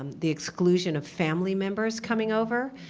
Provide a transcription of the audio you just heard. um the exclusion of family members coming over.